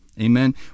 Amen